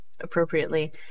appropriately